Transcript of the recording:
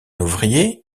ouvrier